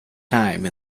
time